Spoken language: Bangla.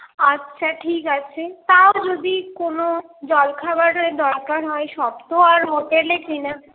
আচ্ছা ঠিক আছে তাও যদি কোনো জল খাবারের দরকার হয় সব তো আর হোটেলে কিনে